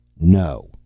No